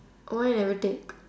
why you never take